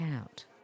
out